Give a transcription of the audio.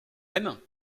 même